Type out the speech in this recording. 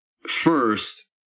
first